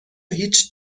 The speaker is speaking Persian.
هیچ